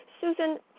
Susan